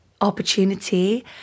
opportunity